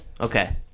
Okay